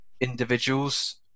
individuals